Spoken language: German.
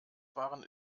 waren